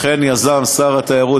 לכן יזם שר התיירות,